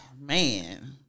man